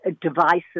devices